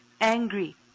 angry